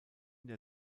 der